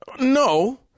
no